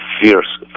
fierce